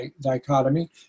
dichotomy